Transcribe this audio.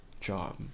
job